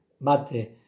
mate